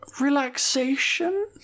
relaxation